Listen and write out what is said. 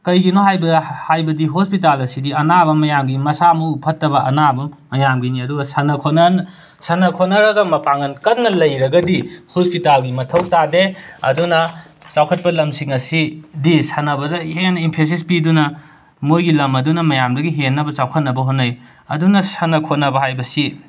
ꯀꯩꯒꯤꯅꯣ ꯍꯥꯏꯕꯗ ꯍꯥꯏꯕꯗꯤ ꯍꯣꯁꯄꯤꯇꯥꯜ ꯑꯁꯤꯗꯤ ꯑꯅꯥꯕ ꯃꯌꯥꯝꯒꯤ ꯃꯁꯥ ꯃꯎ ꯐꯠꯇꯕ ꯑꯅꯥꯕ ꯃꯌꯥꯝꯒꯤꯅꯤ ꯑꯗꯨꯒ ꯁꯥꯟꯅ ꯈꯣꯠꯅꯅ ꯁꯥꯟꯅ ꯈꯣꯠꯅꯔꯒ ꯃꯄꯥꯡꯒꯜ ꯀꯟꯅ ꯂꯩꯔꯒꯗꯤ ꯍꯣꯁꯄꯤꯇꯥꯜꯒꯤ ꯃꯊꯧ ꯇꯥꯗꯦ ꯑꯗꯨꯅ ꯆꯥꯎꯈꯠꯄ ꯂꯝꯁꯤꯡ ꯑꯁꯤꯗꯤ ꯁꯥꯟꯅꯕꯅ ꯍꯦꯟꯅ ꯏꯝꯐꯦꯁꯤꯁ ꯄꯤꯗꯨꯅ ꯃꯣꯏꯒꯤ ꯂꯝ ꯑꯗꯨꯅ ꯃꯌꯥꯝꯗꯒꯤ ꯍꯦꯟꯅꯕ ꯆꯥꯎꯈꯠꯅꯕ ꯍꯣꯠꯅꯩ ꯑꯗꯨꯅ ꯁꯥꯟꯅ ꯈꯣꯠꯅꯕ ꯍꯥꯏꯕꯁꯤ